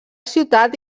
ciutat